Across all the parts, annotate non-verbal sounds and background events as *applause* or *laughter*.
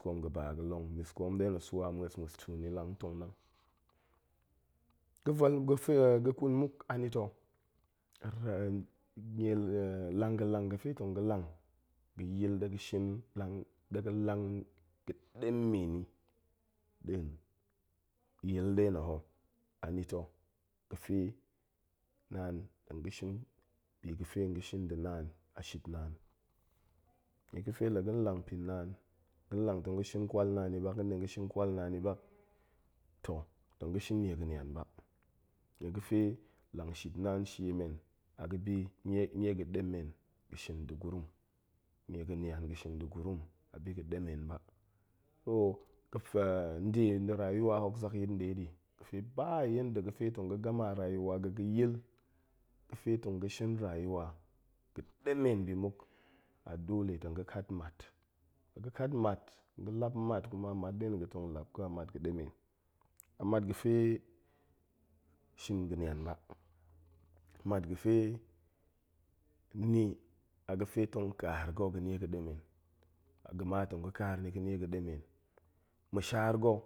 Koom ga̱ ba ga̱long. miskoon nɗe no swa ma̱es. ma̱es tuu ni lang. ntong nang. ga̱ vel *unintelligible* ga̱ ƙun muk anito, *unintelligible* lang ga̱ lang ga̱fe tong ga̱ lang ga̱ yil *unintelligible* ɗe ga̱ lang ga̱ ɗemen i nɗin yil ɗe na̱ ho, anito ga̱fe ga̱ shin bi ga̱ fe nga̱ shin da̱ naan, a shit naan. nie ga̱fe la ga̱ nlang pin naan, ga̱n lang tong ga̱ shin kwal naan i ɓak. ga̱n ɗe ga̱ shin kwal naan i ɓak, toh, tong ga̱ shin nie ga̱ nian ba, nie ga̱fe langship naan shie men a ga̱bi nie-nie ga̱ ɗemen ga̱ shin da̱ gurum. nie ga̱ nian ga̱ shin da̱ gurum a bi ga̱ ɗemen ba. so ga̱, *unintelligible* nde, da̱ rayuwa hok zak yit nɗe ɗi ga̱fe ba yan da ga̱fe tong ga̱ gama rayuwa ga̱ ga̱ yil. ga̱fe tong ga̱ shin rayuwa ga̱ ɗemen bi muk, a dole tong ga̱ kat mat. la ga̱ kat mat, ga̱ lap mat kuma mat nɗe na̱ ga̱ tong lap ga̱ a mat ga̱ ɗemen, a mat ga̱fe shin ga̱ nian ba, mat ga̱fe ni a ga̱ tong kaar ga̱ ga̱ nie ga̱ ɗemen, ga̱ ma tong ga̱ kaar ni ga̱ nie ga̱ ɗemen. ma̱shaar ga̱,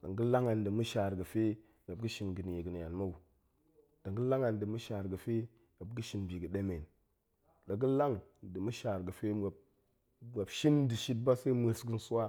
tong ga̱ lang an da̱ ma̱shaar ga̱fe muop ga̱ shin ga̱ ɗie ga̱ nian mou, tong ga̱ lang an da̱ ma̱shaar ga̱fe muop ga̱ shin bi ga̱ ɗemen. la ga̱ lang da̱ sma̱shaars ga̱fe muop shin da̱ shit ba se ma̱es ga̱n swa